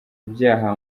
ibyaha